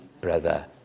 brother